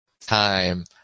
time